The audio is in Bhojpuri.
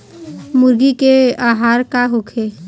मुर्गी के आहार का होखे?